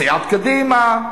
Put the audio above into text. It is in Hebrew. סיעת קדימה.